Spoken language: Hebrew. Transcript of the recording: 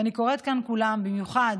ואני קוראת כאן לכולם, במיוחד